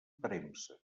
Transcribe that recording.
premsa